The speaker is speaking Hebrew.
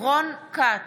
רון כץ,